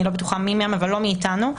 אני לא בטוחה מי הם אבל זאת לא בקשה שמגיעה מאתנו.